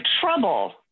trouble